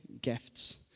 gifts